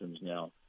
now